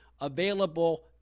available